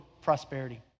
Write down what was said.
prosperity